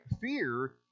fear